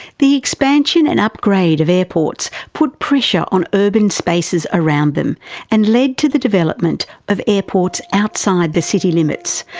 the expansion and upgrade of airports put pressure on urban spaces around them and led to the development of airports outside the city limits,